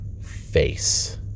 face